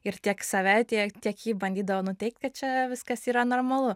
ir tiek save tiek tiek jį bandydavau nuteikt kad čia viskas yra normalu